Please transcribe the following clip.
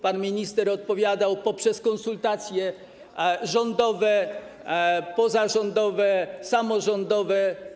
Pan minister odpowiadał: poprzez konsultacje rządowe, pozarządowe, samorządowe.